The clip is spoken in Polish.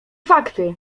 fakty